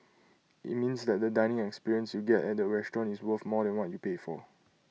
IT means that the dining experience you get at the restaurant is worth more than what you pay for